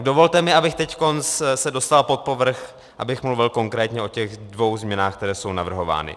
Dovolte mi, abych se teď dostal pod povrch, abych mluvil konkrétně o těch dvou změnách, které jsou navrhovány.